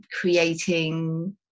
creating